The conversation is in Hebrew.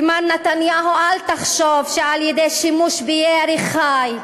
ומר נתניהו, אל תחשוב שעל-ידי שימוש בירי חי,